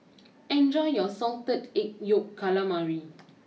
enjoy your Salted Egg Yolk Calamari